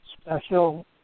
special